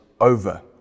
over